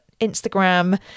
Instagram